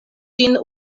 ĝin